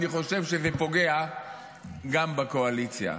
אני חושב שזה פוגע גם בקואליציה.